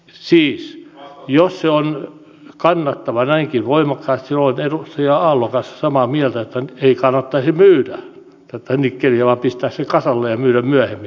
siis jos se on kannattavaa näinkin voimakkaasti silloin olen edustaja aallon kanssa samaa mieltä että ei kannattaisi myydä tätä nikkeliä vaan pistää se kasalle ja myydä myöhemmin